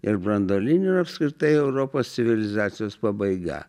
ir branduoliniu ir apskritai europos civilizacijos pabaiga